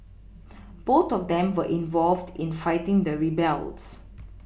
both of them were involved in fighting the rebels